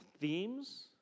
themes